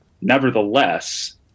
nevertheless